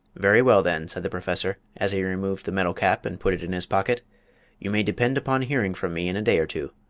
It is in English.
very well, then, said the professor, as he removed the metal cap and put it in his pocket you may depend upon hearing from me in a day or two.